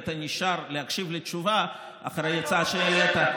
והיית נשאר להקשיב לתשובה אחרי הצעה שהעלית,